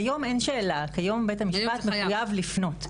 כיום אין שאלה, כיום בית המשפט מחויב לפנות.